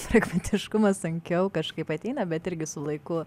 pragmatiškumas sunkiau kažkaip ateina bet irgi su laiku